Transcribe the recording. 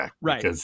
Right